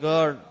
God